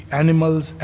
animal's